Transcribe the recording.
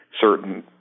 certain